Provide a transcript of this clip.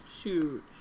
Shoot